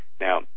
Now